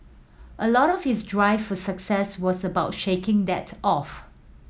a lot of his drive for success was about shaking that off